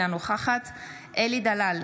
אינה נוכחת אלי דלל,